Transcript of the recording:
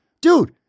Dude